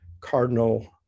cardinal